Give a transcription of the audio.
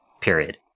period